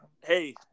hey